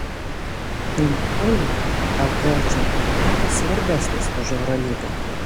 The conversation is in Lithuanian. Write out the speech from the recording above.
neptūnui lkl čempionatas svarbesnis už eurolygą